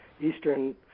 Eastern